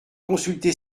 consulter